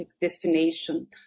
destination